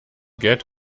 get